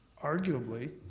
arguably,